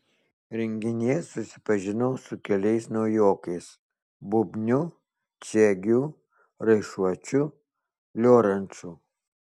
renginyje susipažinau su keliais naujokais bubniu čiegiu raišuočiu lioranču